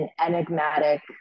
enigmatic